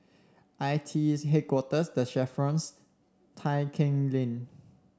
I T E Headquarters The Chevrons Tai Keng Lane